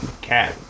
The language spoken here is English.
cat